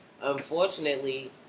Unfortunately